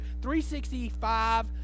365